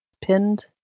pinned